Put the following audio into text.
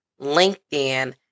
LinkedIn